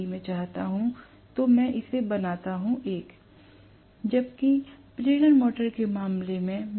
यदि मैं चाहता हूं तो मैं इसे बनाता हूं 1 जबकि प्रेरण मशीन के मामले में